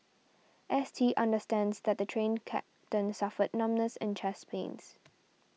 S T understands that the Train Captain suffered numbness and chest pains